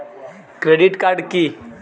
Credit card কি?